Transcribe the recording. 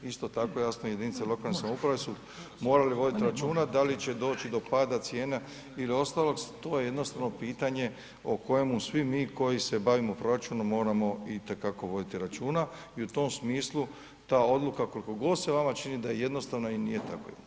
Isto tako, jasno jedinice lokalne samouprave su morali vodit računa da li će doći do pada cijena il ostalog, to je jednostavno pitanje o kojemu svi mi koji se bavimo proračunom moramo itekako voditi računa i u tom smislu ta odluka koliko god se vama čini da je jednostavna i nije tako jednostavna.